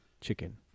Chicken